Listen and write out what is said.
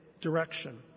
direction